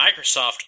Microsoft